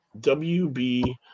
WB